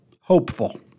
hopeful